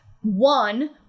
one